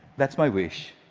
that's my wish.